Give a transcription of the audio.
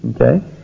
Okay